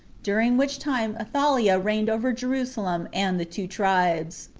during which time athaliah reigned over jerusalem and the two tribes.